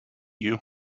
you